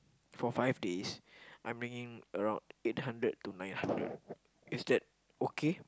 for five days I'm bringing around eight hundred to nine hundred is that okay